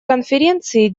конференции